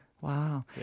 Wow